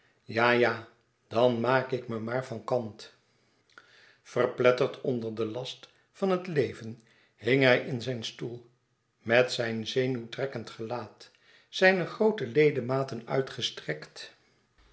ja ja dan maak ik me maar van kant verpletterd onder den last van het leven hing hij in zijn stoel met zijn zenuwtrekkend gelaat zijne groote ledematen uitgestrekt